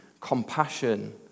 compassion